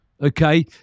Okay